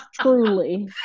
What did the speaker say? Truly